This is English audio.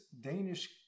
Danish